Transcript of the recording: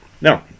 Now